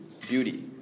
beauty